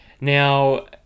Now